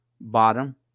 bottom